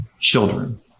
children